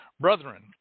Brethren